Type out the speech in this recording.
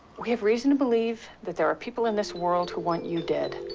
we have reason to believe there are people in this world who want you dead.